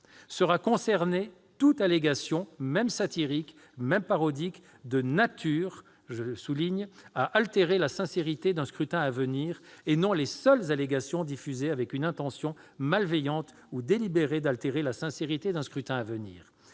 sera concernée toute allégation, même satirique, même parodique, « de nature » à altérer la sincérité d'un scrutin à venir et non les seules allégations diffusées avec une intention malveillante ou délibérée d'altérer la sincérité d'un scrutin à venir.